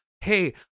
hey